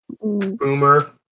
Boomer